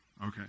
Okay